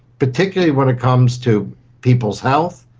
particularly when it comes to people's health,